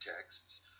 texts